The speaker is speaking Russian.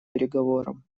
переговорам